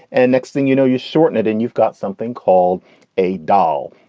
and next thing you know, you shorten it and you've got something called a doll.